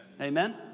Amen